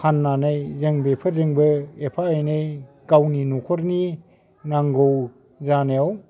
फान्नानै जों बेफोरजोंबो एफा एनै गावनि न'खरनि नांगौ जानायाव